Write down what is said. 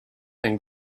and